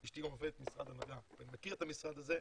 אשתי גם עובדת במשרד המדע ואני מכיר את המשרד הזה,